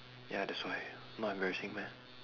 yeah that's why not embarrassing meh